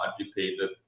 agitated